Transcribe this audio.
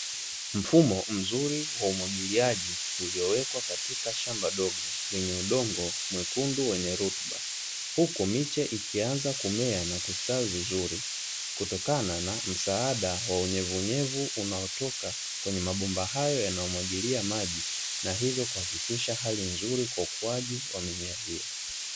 Mfumo mzuri wa umwagiliaji uliowekwa katika shamba dogo, lenye udongo mwekundu wenye rutuba, huku miche ikianza kumea na kustawi vizuri, kutokana na msaada wa unyevu unyevu unaotoka kwenye mabomba hayo yanayomwagilia maji, na hivyo kuhakikisha hali nzuri ya ukuaji wa mimea.